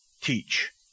teach